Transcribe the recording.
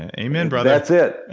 amen, brother that's it.